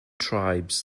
tribes